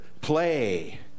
play